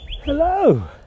Hello